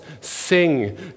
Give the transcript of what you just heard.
sing